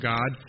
God